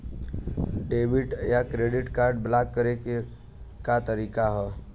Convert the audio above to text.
Debit या credit card block करे के का तरीका ह?